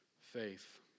faith